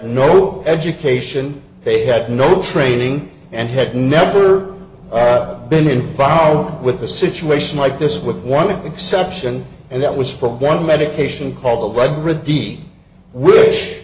no education they had no training and had never been involved with a situation like this with one exception and that was from one medication called the ri